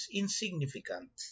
insignificant